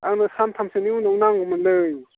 आंनो सानथामसोनि उनाव नांगौमोनलै